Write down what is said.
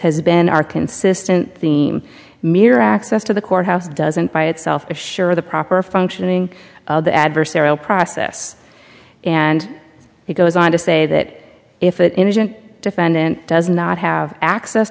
has been our consistent theme mere access to the court house doesn't by itself assure the proper functioning of the adversarial process and he goes on to say that if it isn't defendant does not have access